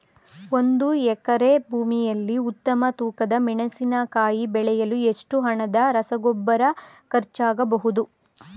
ಒಂದು ಎಕರೆ ಭೂಮಿಯಲ್ಲಿ ಉತ್ತಮ ತೂಕದ ಮೆಣಸಿನಕಾಯಿ ಬೆಳೆಸಲು ಎಷ್ಟು ಹಣದ ರಸಗೊಬ್ಬರ ಖರ್ಚಾಗಬಹುದು?